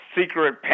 secret